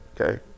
Okay